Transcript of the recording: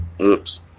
oops